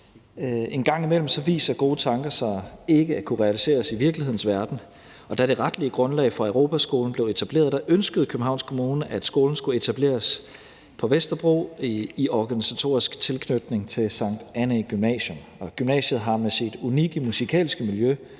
En gang imellem viser gode tanker sig ikke at kunne realiseres i virkelighedens verden. Da det retlige grundlag for Europaskolen blev etableret, ønskede Københavns Kommune, at skolen skulle etableres på Vesterbro i organisatorisk tilknytning til Sankt Annæ Gymnasium. Gymnasiet har med sit unikke musikalske miljø,